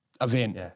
event